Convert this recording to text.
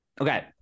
Okay